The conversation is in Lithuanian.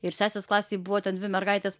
ir sesės klasėj buvo ten dvi mergaitės